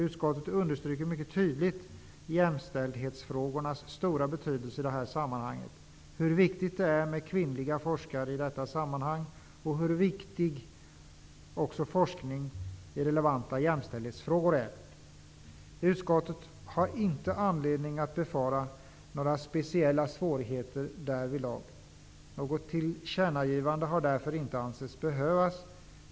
Utskottet understryker mycket kraftigt jämställdhetsfrågornas stora betydelse i detta sammanhang och hur viktigt det är med kvinnliga forskare och med forskning i relevanta jämställdhetsfrågor. Utskottet har inte anledning att befara några speciella svårigheter därvidlag. Något tillkännagivande har därför inte ansetts behövas.